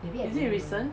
is it recent